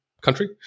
country